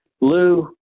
Lou